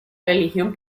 religión